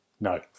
No